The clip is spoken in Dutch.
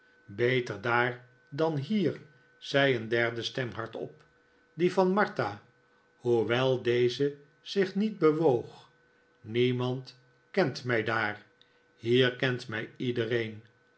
beter daar dan hier zei een derde stem hardop die van martha hoewel deze zich niet bewoog niemand kent mij daar hier kent mij iedereen